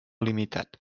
limitat